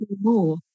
more